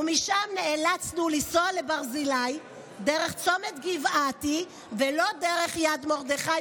ומשם נאלצנו לנסוע לברזילי דרך צומת גבעתי ולא דרך יד מרדכי,